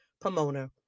Pomona